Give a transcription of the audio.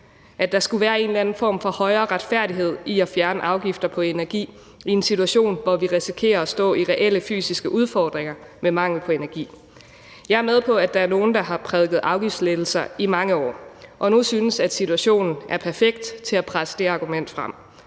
at der skulle være en eller anden form for højere retfærdighed i at fjerne afgifter på energi i en situation, hvor vi risikerer at stå med reelle fysiske udfordringer i form af mangel på energi? Jeg er med på, at der er nogle, der har prædiket afgiftslettelser i mange år og nu synes, at situation er perfekt til at presse det argument frem,